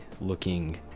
looking